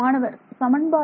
மாணவர் சமன்பாடு